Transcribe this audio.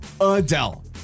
Adele